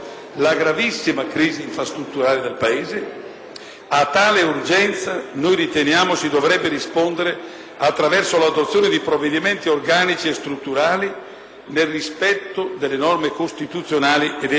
a tale urgenza noi riteniamo si dovrebbe rispondere attraverso l'adozione di provvedimenti organici e strutturali nel rispetto delle norme costituzionali e dei principi generali dell'ordinamento giuridico.